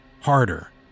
harder